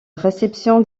réception